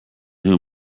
whom